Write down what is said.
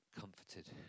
comforted